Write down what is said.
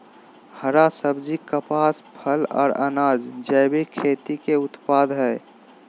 हरा सब्जी, कपास, फल, आर अनाज़ जैविक खेती के उत्पाद हय